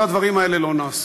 כל הדברים האלה לא נעשו,